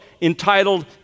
entitled